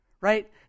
Right